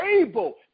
able